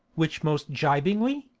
which, most gibingly,